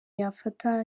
yafata